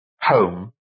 home